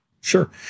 Sure